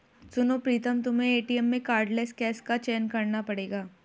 सुनो प्रीतम तुम्हें एटीएम में कार्डलेस कैश का चयन करना पड़ेगा